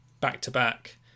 back-to-back